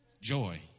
Joy